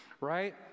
right